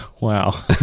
Wow